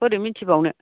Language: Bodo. बोरै मिनथिबावनो